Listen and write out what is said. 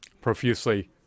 profusely